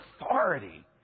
authority